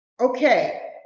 Okay